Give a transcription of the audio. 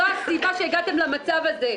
זאת בדיוק הסיבה שהגעתם למצב הזה.